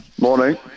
Morning